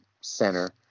center